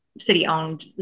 city-owned